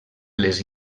les